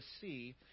see